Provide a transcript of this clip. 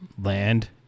land